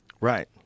Right